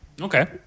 Okay